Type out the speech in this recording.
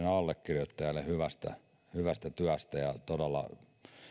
allekirjoittajille hyvästä hyvästä työstä ja todella